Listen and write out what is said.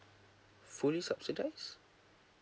fully subsidized